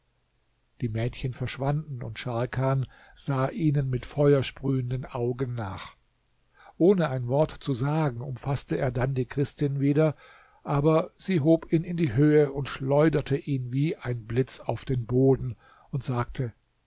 die mädchen verschwanden und scharkan sah ihnen mit feuersprühenden augen nach ohne ein wort zu sagen umfaßte er dann die christin wieder aber sie hob ihn in die höhe schleuderte ihn wie ein blitz auf den boden und sagte